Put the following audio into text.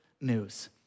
news